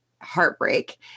heartbreak